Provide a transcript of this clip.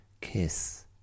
kiss